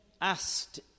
asked